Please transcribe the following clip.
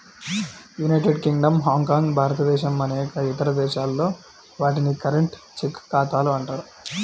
United Kingdom, Hong Kong, భారతదేశం అనేక ఇతర దేశాల్లో, వాటిని కరెంట్, చెక్ ఖాతాలు అంటారు